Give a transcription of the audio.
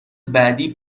بعدی